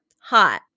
hot